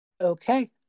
Okay